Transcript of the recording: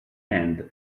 end